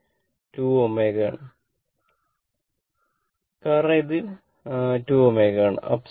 ഇത് 2 ω ആണ് കാരണം ഇത് 2 ω ആണ്